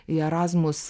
į erasmus